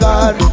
God